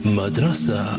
Madrasa